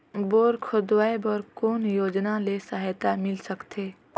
Bore खोदवाय बर कौन योजना ले सहायता मिल सकथे?